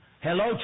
Hello